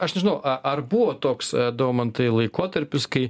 aš nežinau a ar buvo toks daumantai laikotarpis kai